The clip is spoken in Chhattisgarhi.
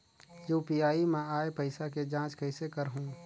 यू.पी.आई मा आय पइसा के जांच कइसे करहूं?